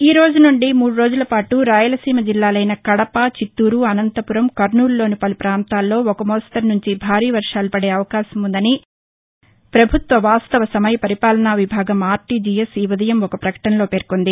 ఈ రోజు నుండి మూడు రోజుల పాటు రాయలసీమ జిల్లాలైన కడప చిత్తూరు అనంతపురం కర్నూలులోని పలు ప్రాంతాల్లో ఒక మోస్తరు నుంచి భారీ వర్వాలు పడే అవకాశం ఉందని వాస్తవ సమయ పరిపాలనా విభాగం ఈ ఉదయం ఒక ప్రకటనలో పేర్సొంది